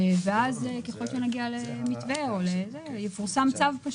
ואז, ככל שנגיע למתווה, יפורסם צו אחר.